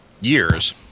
years